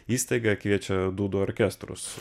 įstaiga kviečia dūdų orkestrus